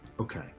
Okay